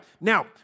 Now